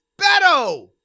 Beto